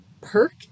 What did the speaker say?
perk